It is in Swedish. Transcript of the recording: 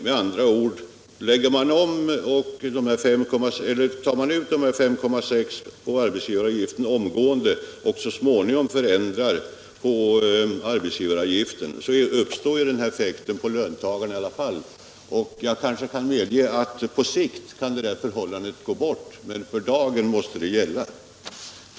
Med andra ord: tar man ut de 5,6 miljarderna omgående och så småningom förändrar arbetsgivaravgiften, uppstår den här effekten för löntagarna i alla fall. Jag kanske kan medge att det förhållandet kan försvinna på sikt, men för dagen måste det gälla.